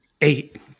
Eight